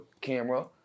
camera